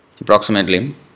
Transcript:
approximately